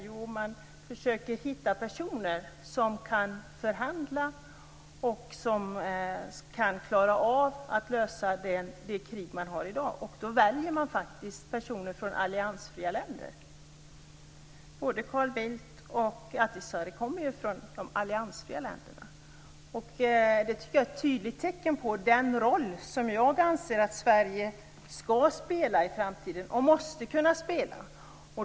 Jo, genom att man försöker att hitta personer som kan förhandla och som kan klara av att lösa de krig som vi har i dag. Då väljer man faktiskt personer från alliansfria länder. Både Carl Bildt och Ahtisaari kommer ju från de alliansfria länderna. Det är ett tydligt tecken på den roll som jag anser att Sverige skall och måste kunna spela i framtiden.